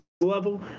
level